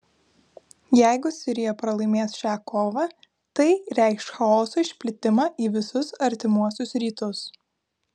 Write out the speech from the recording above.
jeigu sirija pralaimės šią kovą tai reikš chaoso išplitimą į visus artimuosius rytus